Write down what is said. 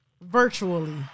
virtually